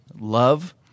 Love